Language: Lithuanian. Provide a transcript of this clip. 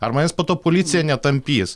ar manęs po to policija netampys